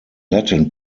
latin